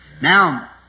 Now